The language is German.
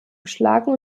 geschlagen